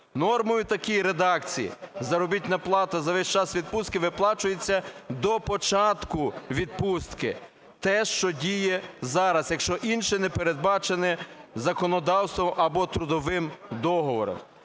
Норма в такій редакції: заробітна плати за весь час відпустки виплачується до початку відпустки. Те, що діє зараз. Якщо інше не передбачене законодавством або трудовим договором.